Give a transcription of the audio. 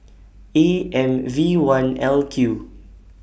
A M V one L Q